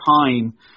time